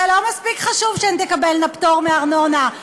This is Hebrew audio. זה לא מספיק חשוב שהן תקבלנה פטור מארנונה,